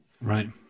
Right